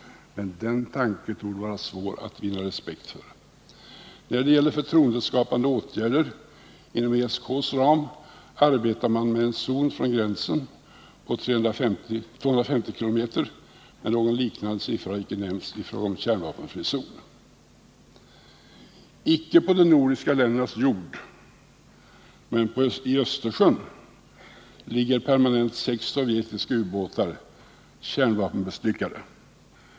Men den tanken torde det vara svårt att vinna respekt för. När det gäller förtroendeskapande åtgärder inom ESK:s ram arbetar man med en zon från gränsen på 250 km, men någon liknande siffra har inte nämnts i fråga om kärnvapenfri zon. Icke på de nordiska ländernas territorier men i Östersjön ligger permanent sex sovjetiska u-båtar, kärnvapenbestyckade.